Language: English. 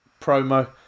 Promo